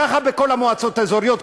ככה בכל המועצות האזוריות,